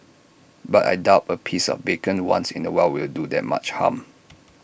but I doubt A piece of bacon once in A while will do that much harm